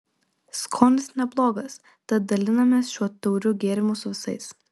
skonis neblogas tad dalinamės šiuo tauriu gėrimu su visais